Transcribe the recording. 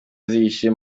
zihishe